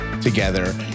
together